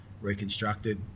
reconstructed